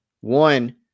One